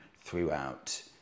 throughout